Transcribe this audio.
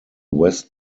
west